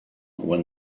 when